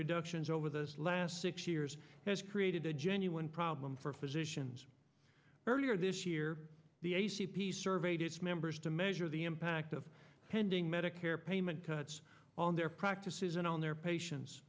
reductions over those last six years has created a genuine problem for physicians earlier this year the a c p surveyed its members to measure the impact of pending medicare payment cuts on their practices and on their patien